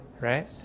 right